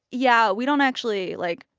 yeah. we don't actually, like,